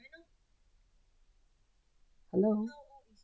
hello